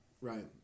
Right